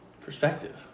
Perspective